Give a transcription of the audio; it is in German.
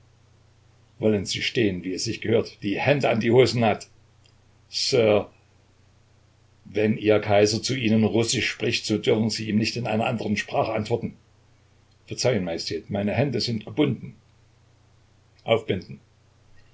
wollen sie stehen wie es sich gehört die hände an die hosennaht sire wenn ihr kaiser zu ihnen russisch spricht so dürfen sie ihm nicht in einer andern sprache antworten verzeihen majestät meine hände sind gebunden aufbinden